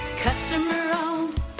Customer-owned